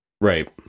right